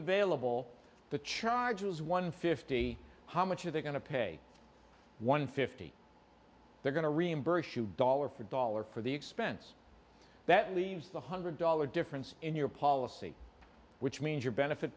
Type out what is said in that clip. available the charges one fifty how much are they going to pay one fifty they're going to reimburse you dollar for dollar for the expense that leaves the hundred dollar difference in your policy which means your benefit